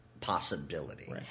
possibility